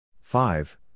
five